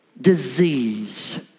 disease